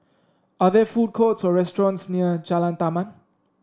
are there food courts or restaurants near Jalan Taman